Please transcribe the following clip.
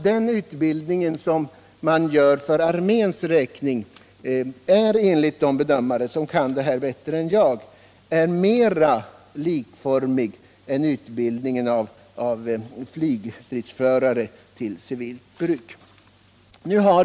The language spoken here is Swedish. Den utbildning som sker för arméns räkning är enligt de bedömare som kan detta bättre än jag mer lämpad för civila flygare än vad utbildningen av stridsflygare är.